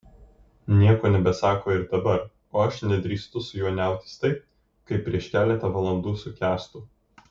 nieko nebesako ir dabar o aš nedrįstu su juo niautis taip kaip prieš keletą valandų su kęstu